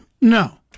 no